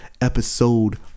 Episode